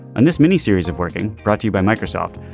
and this mini series of working brought to you by microsoft.